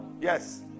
Yes